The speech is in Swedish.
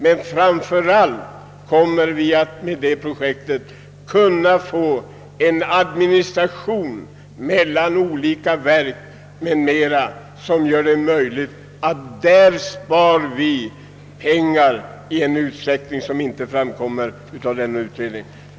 Det projektet ger oss framför allt en administration för olika verk som möjliggör besparingar i en utsträcksom inte framgår av utredningen.